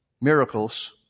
miracles